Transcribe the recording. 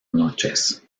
noches